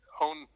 own